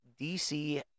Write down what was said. DC